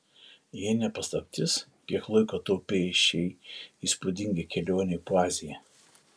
jei ne paslaptis kiek laiko taupei šiai įspūdingai kelionei po aziją